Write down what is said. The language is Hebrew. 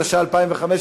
התשע"ה 2015,